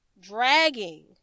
dragging